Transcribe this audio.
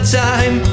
time